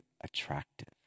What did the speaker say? attractive